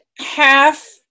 half